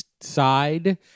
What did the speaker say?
side